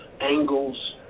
angles